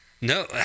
No